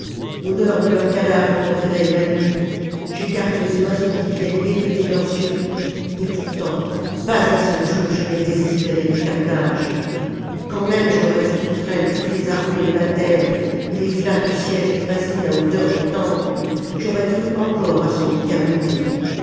l'odeur de leurs cadavres me réveille la nuit j'écarte les oiseaux qui viennent becqueter leurs yeux et pourtant pas un seul jour je n'ai désespéré de carthage quand même j'aurais vu contre elle toutes les armées de la terre et les flammes du siège dépasser la hauteur des temples j'aurais cru encore à son éternité